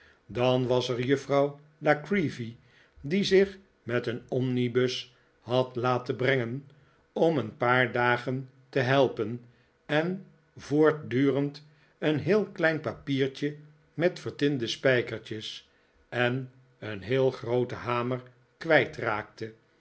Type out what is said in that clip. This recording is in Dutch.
dan was er juffrouw la creevy die zich met een omnibus had laten brengen om een paar dagen te helpen en voortdurend een heel klein papiertje met vertinde spijkertjes en een heel grooten hamer